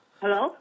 Hello